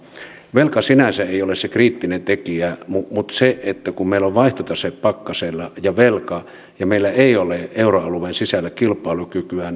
velka sinänsä ei ole se kriittinen tekijä mutta tämä kolminaisuus että meillä on vaihtotase pakkasella ja velka ja meillä ei ole euroalueen sisällä kilpailukykyä